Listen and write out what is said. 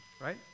right